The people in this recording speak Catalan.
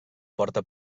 porta